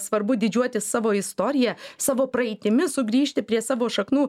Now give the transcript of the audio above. svarbu didžiuotis savo istorija savo praeitimi sugrįžti prie savo šaknų